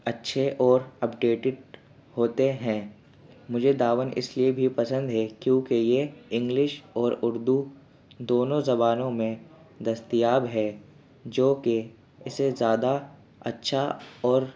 اچھے اور اپڈیٹڈ ہوتے ہیں مجھے داون اس لیے بھی پسند ہے کیونکہ یہ انگلش اور اردو دونوں زبانوں میں دستیاب ہے جو کہ اسے زیادہ اچھا اور